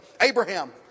Abraham